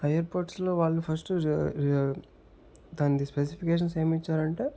ఆ ఎయిర్పాడ్స్లో వాళ్లు ఫస్ట్ దానిది స్పెసిఫికేషన్స్ ఏమిచ్చారంటే